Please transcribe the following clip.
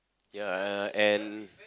ya uh and